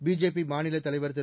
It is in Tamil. பிஜேபி மாநிலத் தலைவர் திரு